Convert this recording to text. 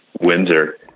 Windsor